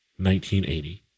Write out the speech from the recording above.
1980